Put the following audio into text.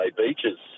beaches